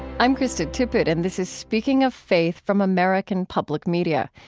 i'm krista tippett, and this is speaking of faith from american public media.